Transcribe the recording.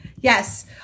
Yes